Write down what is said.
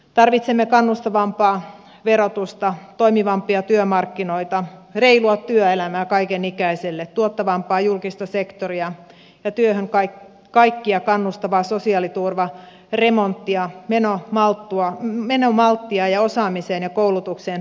tarvitsemme kannustavampaa verotusta toimivampia työmarkkinoita reilua työelämää kaikenikäisille tuottavampaa julkista sektoria ja kaikkia työhön kannustavaa sosiaaliturvaremonttia menomalttia ja osaamiseen ja koulutukseen panostamista